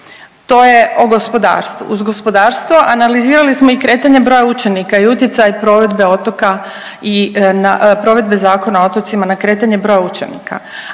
To je o gospodarstvu. Uz gospodarstvo, analizirali smo i kretanje broja učenika i utjecaj provedbe otoka i provedbe Zakona o otocima na kretanje broja učenika.